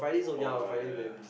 oh ya ya ya